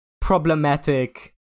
problematic